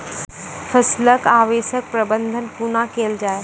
फसलक अवशेषक प्रबंधन कूना केल जाये?